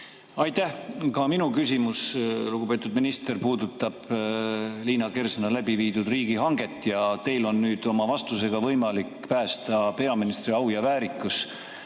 Aitäh! Ka minu küsimus, lugupeetud minister, puudutab Liina Kersna läbiviidud riigihanget. Teil on nüüd oma vastusega võimalik päästa peaministri au ja väärikus,